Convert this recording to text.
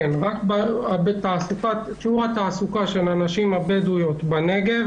שיעור התעסוקה של הנשים הבדואיות בנגב